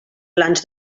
plans